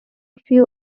few